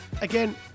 again